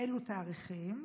באילו תאריכים?